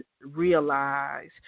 realize